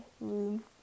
room